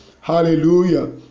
Hallelujah